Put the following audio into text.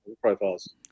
profiles